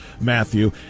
Matthew